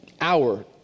hour